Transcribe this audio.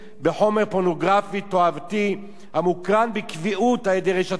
המוקרן בקביעות על-ידי רשתות הטלוויזיה והאינטרנט,